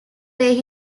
way